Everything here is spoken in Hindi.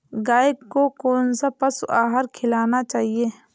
गाय को कौन सा पशु आहार खिलाना चाहिए?